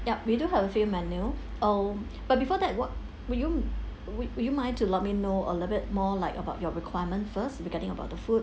yup we do have a few menu oh but before that what would you would you mind to let me know a little bit more like about your requirement first regarding about the food